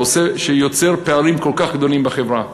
שיוצר פערים כל כך גדולים בחברה,